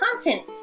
content